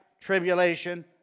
tribulation